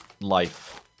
life